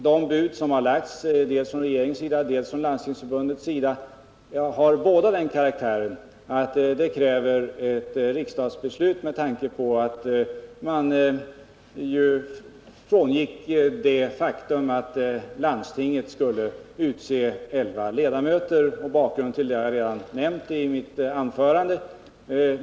De bud som har lagts dels av regeringen, dels av Landstingsförbundet har båda den karaktären att de kräver ett riksdagsbeslut med tanke på att man ju gick ifrån det faktu/n att landstinget skulle utse elva ledamöter. Bakgrunden till detta har jag redan nämnt.